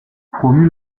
promu